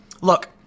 Look